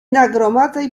nagromadzaj